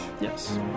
Yes